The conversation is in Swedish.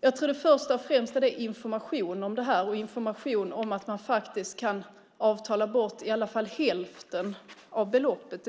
Jag tror att det första och främsta som behövs är information. Det behövs information om att man kan avtala bort i all fall hälften av beloppet.